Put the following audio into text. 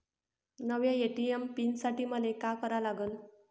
नव्या ATM pin साठी मले का करा लागन?